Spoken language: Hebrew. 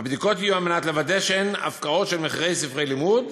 הבדיקות יהיו על מנת לוודא שאין הפקעות של מחירי ספרי לימוד